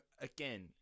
again